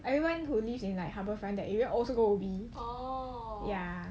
everyone who lives in like harbourfront that area also go ubi ya